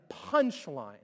punchline